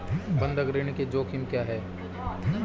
बंधक ऋण के जोखिम क्या हैं?